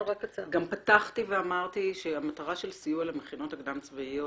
פתחתי ואמרתי שהמטרה של סיוע למכינות הקדם-צבאיות